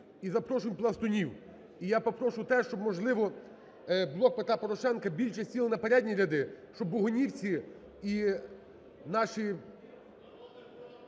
і запрошуємо пластунів. І я попрошу те, щоб, можливо, "Блок Петра Порошенка" більше сіли на передні ряди, щоб богунівці і наші,